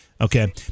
Okay